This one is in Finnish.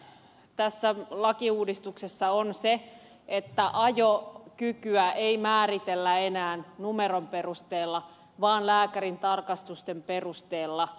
tärkeää tässä lakiuudistuksessa on se että ajokykyä ei määritellä enää numeron perusteella vaan lääkärintarkastusten perusteella